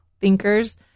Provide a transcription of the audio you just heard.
thinkers